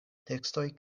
tekstoj